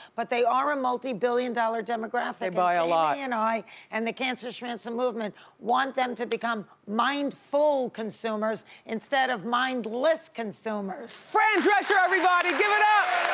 but they are a multi-billion dollar demographic. they buy a lot. jamie and i and the cancer schmancer movement want them to become mindful consumers instead of mindless consumers. fran drescher everybody, give it up.